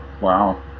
wow